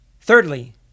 Thirdly